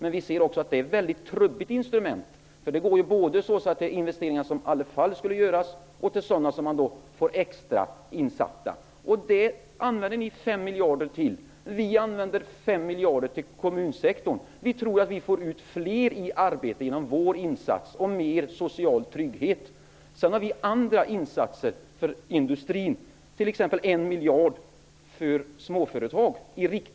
Vi anser att det är ett trubbigt instrument. Det gäller investeringar som i alla fall skulle göras och även till extra insatta sådana. Ni använder 5 miljarder till detta. Vi vill använda 5 miljarder till kommunsektorn. Vi tror att det går att få ut fler i arbete med hjälp av våra insatser och därmed mer social trygghet. Sedan har vi föreslagit andra insatser för industrin, t.ex. 1